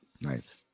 Nice